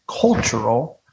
cultural